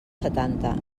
setanta